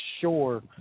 sure